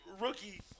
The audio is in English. rookie